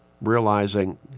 realizing